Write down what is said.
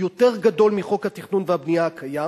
הוא יותר גדול מחוק התכנון והבנייה הקיים.